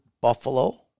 Buffalo